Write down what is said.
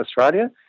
Australia